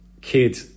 kid